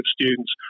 students